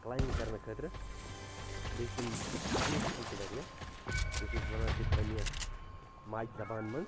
climbing کرنہٕ خٲطرٕ بیٚیہِ چھِ تِم بیٛوٹِفٕل تہِ واریاہ یَتھ أسۍ وَنان چھِ پَننہِ یتھ ماجہِ زبانہِ منٛز